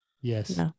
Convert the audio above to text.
Yes